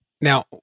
Now